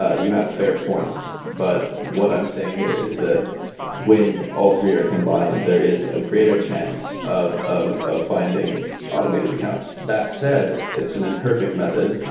ah you have fair points. but what i'm saying here is that when all three are combined, there is a greater chance of of finding automated accounts. that said, it's an imperfect method.